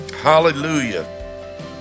Hallelujah